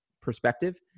perspective